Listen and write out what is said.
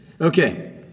Okay